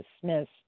dismissed